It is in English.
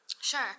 Sure